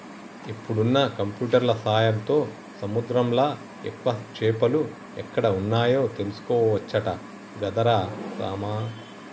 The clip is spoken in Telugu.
ఇప్పుడున్న కంప్యూటర్ల సాయంతో సముద్రంలా ఎక్కువ చేపలు ఎక్కడ వున్నాయో తెలుసుకోవచ్చట గదరా రామా